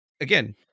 again